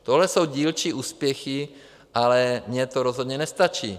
Tohle jsou dílčí úspěchy, ale mně to rozhodně nestačí.